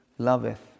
loveth